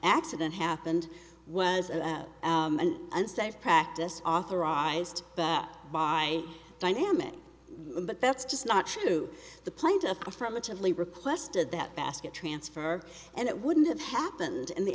accident happened was an unsafe practice authorized backed by dynamics but that's just not true the plaintiff affirmatively requested that basket transfer and it wouldn't have happened in the